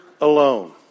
alone